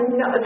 no